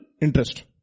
interest